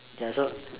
ya so